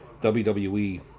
WWE